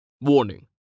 Warning